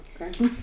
Okay